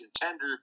contender